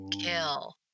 kill